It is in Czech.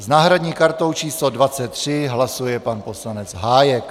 S náhradní kartou číslo 23 hlasuje pan poslanec Hájek.